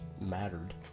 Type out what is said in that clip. mattered